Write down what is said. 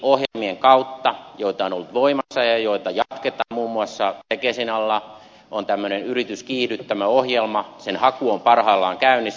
eri ohjelmien kautta joita on ollut voimassa ja joita jatketaan muun muassa tekesin alla on tämmöinen yrityskiihdyttämöohjelma sen haku on parhaillaan käynnissä